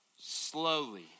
Slowly